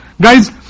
Guys